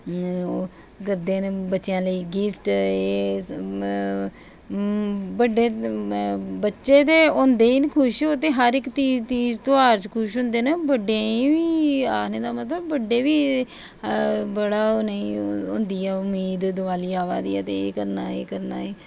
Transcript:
करदे न बच्चेआं लेईं गिफ्ट एह् सब बड्डे बच्चे ते होंदे ई खुश ओह् ते हर इ धोआर च खु होंदे न बड्डे ई बी आखने दा मतलब बड्डे बी बड़ा उ'नें ई ओह् होंदी ऐ उम्मीद दवाली आवा दी ऐ ते एह् करना एह् करना एह्